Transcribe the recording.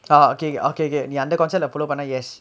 ah okay okay நீ அந்த:nee antha concept leh follow பண்ண:panna yes